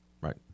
right